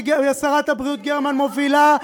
ששרת הבריאות גרמן מובילה,